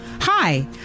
Hi